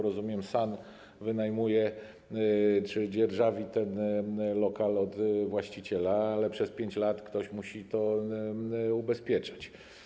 Rozumiem, SAN wynajmuje czy dzierżawi ten lokal od właściciela, ale przez 5 lat ktoś musi to ubezpieczać.